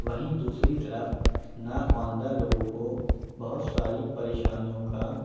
وہیں دوسری طرف نا خواندہ لوگوں کو بہت ساری پریشانیوں کا